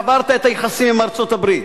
קברת את היחסים עם ארצות-הברית,